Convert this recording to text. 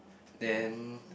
then